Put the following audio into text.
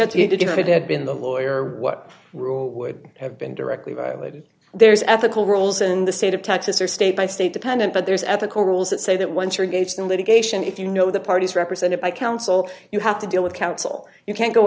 said to you did you could have been the lawyer what rule would have been directly violated there's ethical rules in the state of texas or state by state dependent but there's ethical rules that say that once you're gauged in litigation if you know the parties represented by counsel you have to deal with counsel you can't go